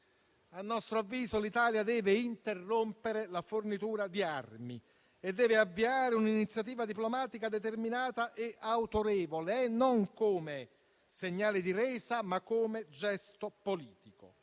A nostro avviso, l'Italia deve interrompere la fornitura di armi e deve avviare un'iniziativa diplomatica determinata e autorevole: non come segnale di resa, ma come gesto politico.